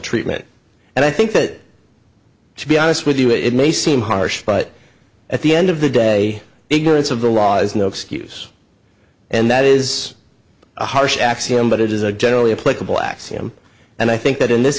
treatment and i think that to be honest with you it may seem harsh but at the end of the day ignorance of the law is no excuse and that is a harsh axiom but it is a generally applicable axiom and i think that in this